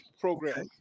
program